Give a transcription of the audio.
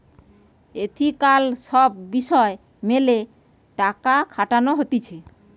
ethical সব বিষয় মেলে টাকা খাটানো হতিছে